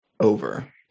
over